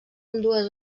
ambdues